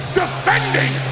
defending